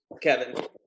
Kevin